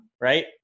right